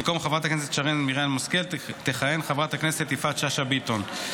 במקום חברת הכנסת שרן מרים השכל תכהן חברת הכנסת יפעת שאשא ביטון.